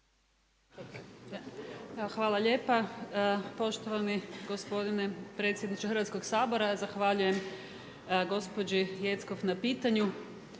hvala lijepa poštovani gospodine predsjedniče Hrvatskog sabora zahvaljujem gospođi Jeckov na pitanju,